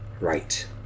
Right